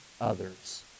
others